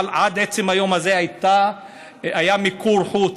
אבל עד עצם היום הזה היה מיקור חוץ.